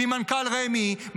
ואם מנכ"ל רמ"י,